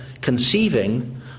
conceiving